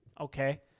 Okay